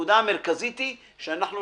הנקודה המרכזית היא שאנחנו